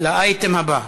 לאייטם הבא: